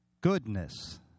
goodness